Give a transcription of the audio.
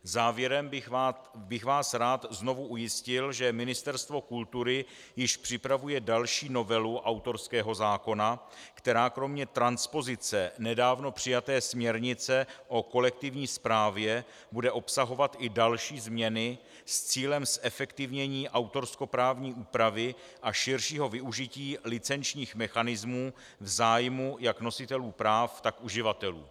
Závěrem bych vás rád znovu ujistil, že Ministerstvo kultury již připravuje další novelu autorského zákona, která kromě transpozice nedávno přijaté směrnice o kolektivní správě bude obsahovat i další změny s cílem zefektivnění autorskoprávní úpravy a širšího využití licenčních mechanismů v zájmu jak nositelů práv, tak uživatelů.